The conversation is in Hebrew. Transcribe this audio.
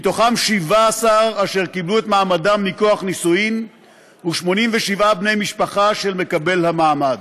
מהם 17 אשר קיבלו את מעמדם מכוח נישואין ו-87 בני משפחה של מקבל המעמד.